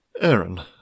Aaron